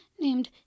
named